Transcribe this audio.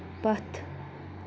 پتھ